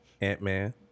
Ant-Man